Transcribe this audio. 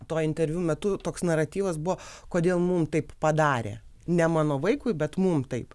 to interviu metu toks naratyvas buvo kodėl mum taip padarė ne mano vaikui bet mum taip